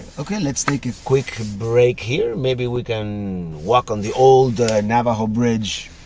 okay, let's take a quick break here. maybe we can walk on the old navajo bridge,